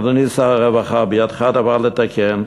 אדוני שר הרווחה, בידך הדבר לתקן.